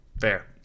Fair